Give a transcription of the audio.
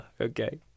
Okay